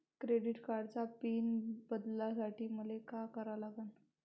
Credit कार्डाचा pin बदलासाठी मले का करा लागन?